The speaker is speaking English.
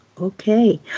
Okay